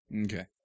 Okay